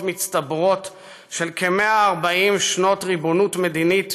מצטברות של כ-140 שנות ריבונות מדינית,